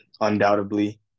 Undoubtedly